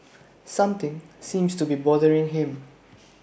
something seems to be bothering him